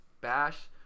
bash